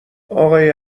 آقای